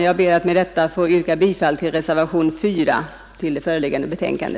Jag ber med detta få yrka bifall till reservationen 4 vid föreliggande betänkande.